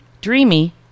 dreamy